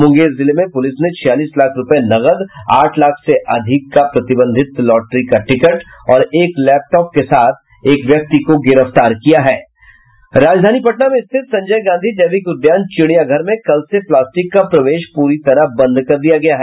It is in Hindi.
मुंगेर जिले में पुलिस ने छियालीस लाख रूपये नकद आठ लाख से अधिक का प्रतिबंधित लॉटरी का टिकट और एक लैपटॉप के साथ एक व्यक्ति को गिरफ्तार किया है राजधानी पटना में स्थित संजय गांधी जैविक उद्यान चिड़ियाघर में कल से प्लास्टिक का प्रवेश पूरी तरह बंद कर दिया गया है